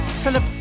Philip